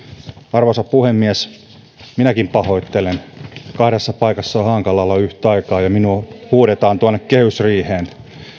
arvoisa puhemies minäkin pahoittelen kahdessa paikassa on hankala olla yhtä aikaa ja minua huudetaan tuonne kehysriiheen